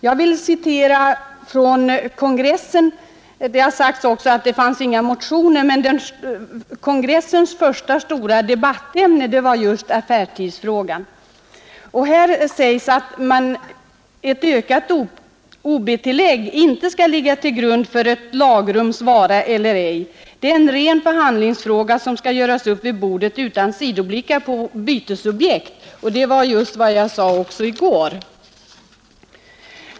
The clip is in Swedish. Här vill jag citera från Handelsanställdas kongress. Det har sagts att det var inga motioner väckta i frågan, men kongressens första stora debattämne var just affärstidsfrågan. I referatet sägs på den punkten att ”ett ökat ob-tillägg inte ska ligga till grund för ett lagrums vara eller ej. Det är en ren förhandlingsfråga som ska göras upp vid bordet utan sidoblickar på bytesobjekt.” Det var just vad jag sade också i går.